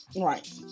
Right